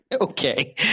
Okay